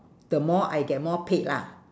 the more I get more paid lah